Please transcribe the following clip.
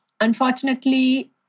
Unfortunately